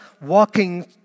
walking